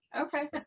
okay